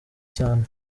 cyane